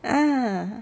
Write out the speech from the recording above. ah